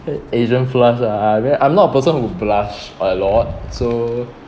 a~ asian flush ah where I'm not a person who blush a lot so